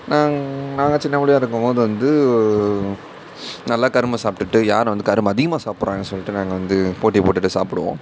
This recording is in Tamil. நாங்கள் சின்னப் பிள்ளையா இருக்கும் போது வந்து நல்லா கரும்பை சாப்பிட்டுட்டு யார் வந்து கரும்பை அதிகமாக சாப்பிட்றாங்க சொல்லிட்டு நாங்கள் வந்து போட்டி போட்டுகிட்டே சாப்பிடுவோம்